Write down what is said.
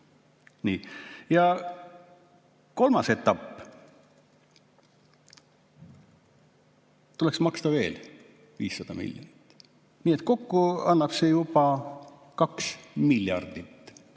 Kolmas etapp: tuleks maksta veel 500 miljonit. Kokku annab see juba 2 miljardit,